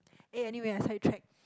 eh anyway I side track